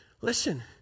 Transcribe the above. Listen